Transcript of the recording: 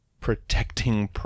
protecting